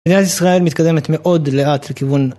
מדינת ישראל מתקדמת מאוד לאט לכיוון